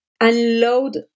unload